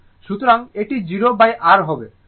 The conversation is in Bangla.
সুতরাং এটি 0R হবে